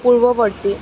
পূৰ্ববৰ্তী